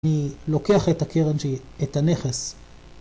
‫אני לוקח את הקרן ש... ‫את הנכס.